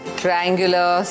triangular